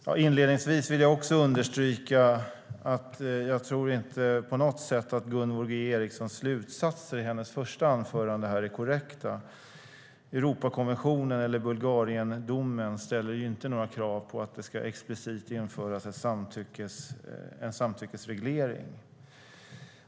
Herr talman! Inledningsvis vill jag understryka att jag inte på något vis tror att Gunvor G Ericsons slutsatser i hennes första anförande är korrekta. Europakonventionen eller Bulgariendomen ställer inga krav på att det explicit ska införas en samtyckesreglering.